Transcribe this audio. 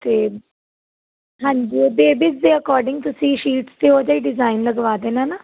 ਅਤੇ ਹਾਂਜੀ ਬੇਬੀਜ਼ ਦੇ ਅਕੋਡਿੰਗ ਤੁਸੀਂ ਸ਼ੀਟਸ ਅਤੇ ਉਹੋ ਜਿਹਾ ਹੀ ਡਿਜ਼ਾਇਨ ਲਗਵਾ ਦੇਣਾ ਨਾ